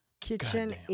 kitchen